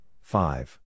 five